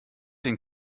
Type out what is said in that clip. den